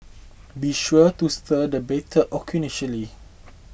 be sure to stir the batter occasionally